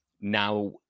now